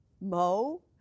Mo